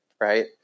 right